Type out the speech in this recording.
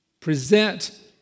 present